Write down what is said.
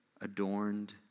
adorned